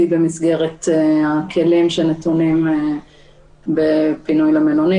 במסגרת הכלים שנתונים בפינוי למלונית,